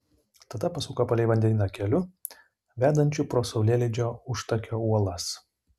tada pasuko palei vandenyną keliu vedančiu pro saulėlydžio užtakio uolas